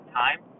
time